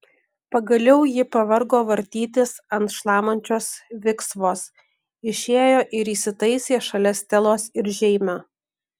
pagaliau ji pavargo vartytis ant šlamančios viksvos išėjo ir įsitaisė šalia stelos ir žeimio